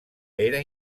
era